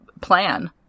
plan